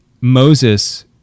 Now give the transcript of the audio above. Moses